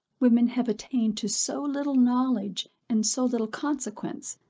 women have attained to so little knowledge and so little consequence,